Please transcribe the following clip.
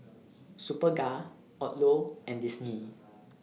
Superga Odlo and Disney